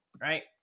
Right